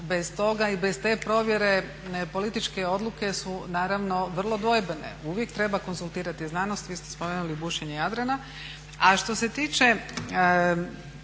Bez toga i bez te provjere političke odluke su naravno vrlo dvojbene. Uvijek treba konzultirati znanost. Vi ste spomenuli bušenje Jadrana.